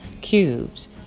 cubes